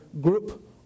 group